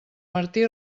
martí